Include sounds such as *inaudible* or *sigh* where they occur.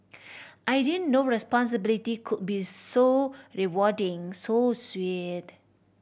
*noise* I didn't know responsibility could be so rewarding so sweet